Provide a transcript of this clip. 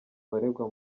baregwa